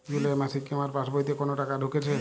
জুলাই মাসে কি আমার পাসবইতে কোনো টাকা ঢুকেছে?